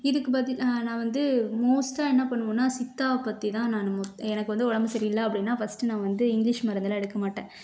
இதுக்கு பற்றி நான் வந்து மோஸ்ட்டாக என்ன பண்ணுவோன்னா சித்தாவை பற்றிதான் நான் மு எனக்கு வந்து உடம்பு சரியில்லை அப்படின்னா ஃபர்ஸ்ட்டு நான் வந்து இங்கிலீஷ் மருந்தெல்லாம் எடுக்கமாட்டேன்